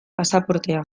pasaportea